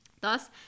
Thus